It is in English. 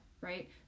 right